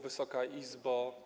Wysoka Izbo!